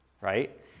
right